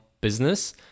business